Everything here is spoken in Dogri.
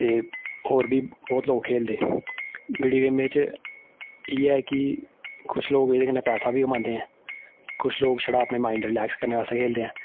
ते होर बी बौह्त लोक खेलदे वीडियो गेमें च इ'यै ऐ कि कुछ लोक एह्दे कन्नै पैसा बी कमांदे ऐ कुछ लोक छड़ा अपने माइंड रिलैक्स करने बास्तै आस्तै खेलदे ऐ